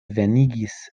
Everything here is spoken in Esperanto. venigis